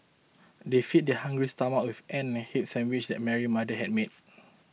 they fed their hungry stomachs of and sandwiches that Mary's mother had made